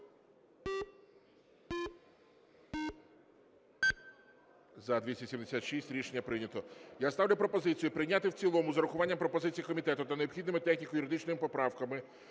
За-276 Рішення прийнято. Я ставлю пропозицію прийняти в цілому з урахуванням пропозицій комітету та необхідними техніко-юридичними поправками